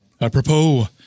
Apropos